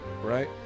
right